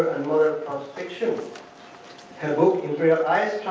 um fiction taboo in israel ice